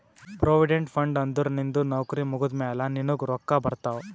provident fund ಅಂದುರ್ ನಿಂದು ನೌಕರಿ ಮುಗ್ದಮ್ಯಾಲ ನಿನ್ನುಗ್ ರೊಕ್ಕಾ ಬರ್ತಾವ್